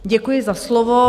Děkuji za slovo.